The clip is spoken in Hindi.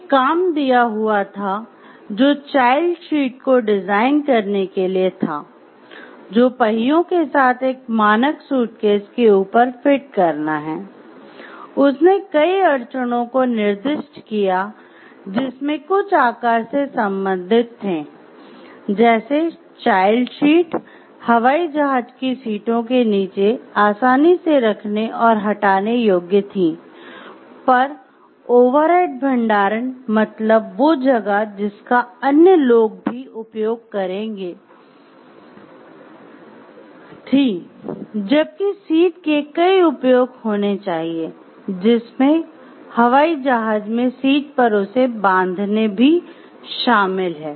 एक काम दिया हुआ था जो चाइल्ड सीट को डिजाइन करने के लिए था जो पहियों के साथ एक "मानक सूटकेस" मतलब वो जगह जिसका अन्य लोग भी उपयोग करेंगे थी जबकि सीट के कई उपयोग होने चाहिए जिसमें हवाई जहाज में सीट पर उसे बांधने भी शामिल है